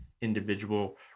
individual